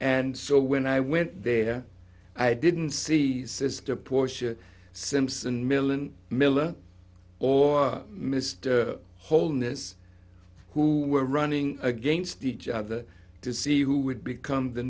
and so when i went there i didn't see sister portia simpson millon miller or mr wholeness who were running against each other to see who would become the